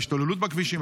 השתוללות בכבישים.